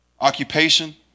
occupation